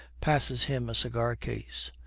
passes him a cigar case.